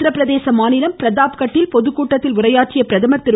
உத்தரப்பிரதேச மாநிலம் பிரதாப்கட்டில் பொதுக்கூட்டத்தில் உரையாற்றிய பிரதமர் திரு